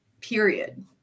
period